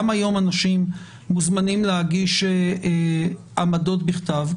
גם היום אנשים מוזמנים להגיש עמדות בכתב.